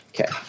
Okay